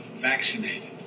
vaccinated